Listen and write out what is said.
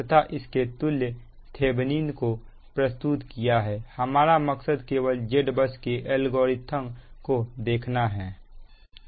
तथा इसके तुल्य थिवेनिन को प्रस्तुत किया है हमारा मकसद केवल Z bus के एल्गोरिथम को देखना है